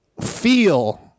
feel